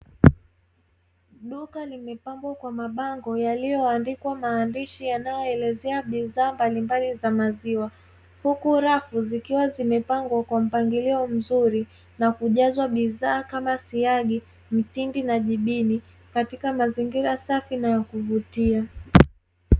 Duka limepambwa kwa mabango yaliyoandikwa maandishi yanayoelezea bidhaa mbalimbali za maziwa. Huku rafu zikiwa zimepangwa kwa mpangilio mzuri na kujazwa bidhaa kama siagi, mtindi na jibini; katika mazingira safi na ya kuvutia.